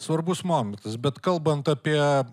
svarbus momentas bet kalbant apie